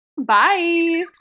Bye